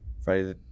Friday